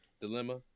dilemma